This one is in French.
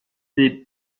des